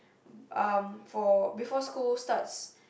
um for before school starts